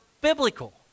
biblical